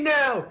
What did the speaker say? now